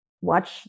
watch